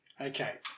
Okay